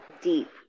deep